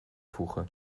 voegen